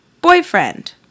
Boyfriend